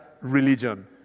religion